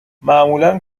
معمولا